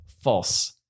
False